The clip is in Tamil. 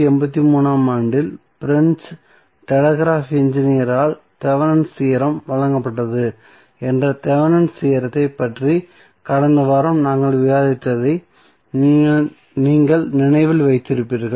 1883 ஆம் ஆண்டில் பிரெஞ்சு டெலிகிராப் என்ஜினீயரால் தேவெனின்ஸ் தியோரம் Thevenins theorem வழங்கப்பட்டது என்ற தேவெனின்ஸ் தியோரத்தைப் பற்றி கடந்த வாரம் நாங்கள் விவாதித்ததை நீங்கள் நினைவில் வைத்திருப்பீர்கள்